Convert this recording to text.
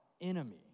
enemy